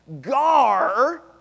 Gar